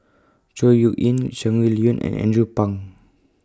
Chor Yeok Eng Shangguan Liuyun and Andrew Phang